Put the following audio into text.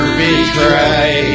betray